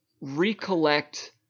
recollect